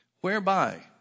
Whereby